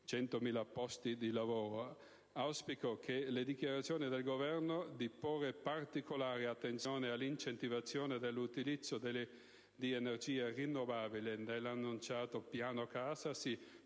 100.000 posti di lavoro. Auspico che le dichiarazioni del Governo di porre particolare attenzione all'incentivazione dell'utilizzo di energia rinnovabile nell'annunciato piano casa si